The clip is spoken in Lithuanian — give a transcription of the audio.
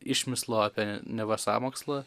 išmislo apie neva sąmokslą